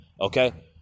okay